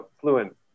fluent